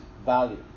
value